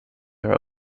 are